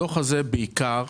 הדוח הזה דן בעיקר